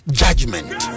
judgment